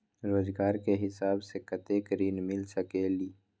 रोजगार के हिसाब से कतेक ऋण मिल सकेलि?